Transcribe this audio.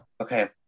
Okay